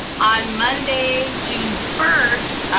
on monday, june first,